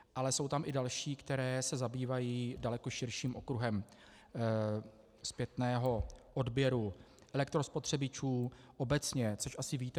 Ale jsou tam i další, které se zabývají daleko širším okruhem zpětného odběru elektrospotřebičů obecně, což asi víte.